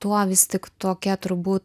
tuo vis tik tokia turbūt